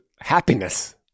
Happiness